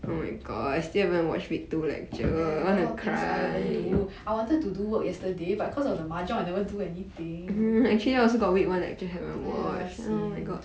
!aiya! I got a lot of things I haven't do I wanted to do work yesterday but cause of the mahjong I never do anything !aiya! sian